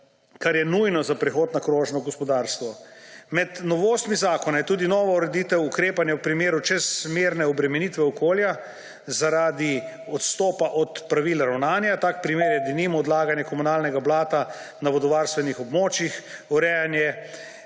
kar je nujno za prehod na krožno gospodarstvo. Med novostmi zakona je tudi nova ureditev ukrepanja v primeru čezmerne obremenitve okolja zaradi odstopa od pravil ravnanja. Tak primer je denimo odlaganje komunalnega blata na vodovarstvenih območjih, urejanje